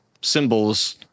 symbols